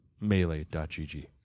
Melee.gg